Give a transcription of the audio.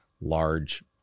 large